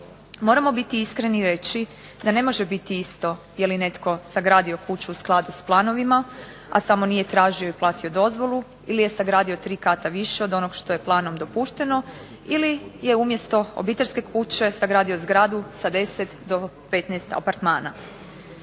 Moramo biti iskreni i reći da ne može biti isto je li netko sagradio kuću u skladu s planovima, a samo nije tražio i platio dozvolu ili je sagradio tri kata više od onog što je planom dopušteno, ili je umjesto obiteljske kuće sagradio zgradu sa 10 do 15 apartmana.